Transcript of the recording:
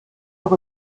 doch